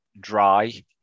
dry